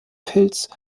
pilz